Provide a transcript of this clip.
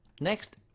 Next